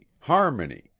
harmony